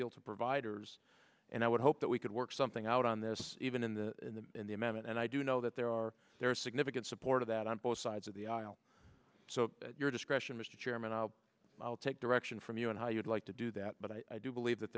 deal to providers and i would hope that we could work something out on this even in the in the amendment and i do know that there are there are significant support of that on both sides of the aisle so your discretion mr chairman i'll i'll take direction from you on how you'd like to do that but i do believe that